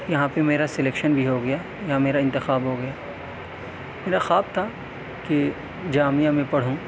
یہاں پہ میرا سلکشن بھی ہوگیا یہاں میرا انتخاب ہوگیا میرا خواب تھا کہ جامعہ میں پڑھوں